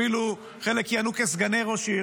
אפילו חלק כיהנו כסגני ראש עיר,